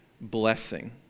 blessing